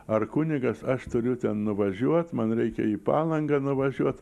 ar kunigas aš turiu ten nuvažiuot man reikia į palangą nuvažiuot